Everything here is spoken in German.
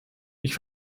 ich